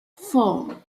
four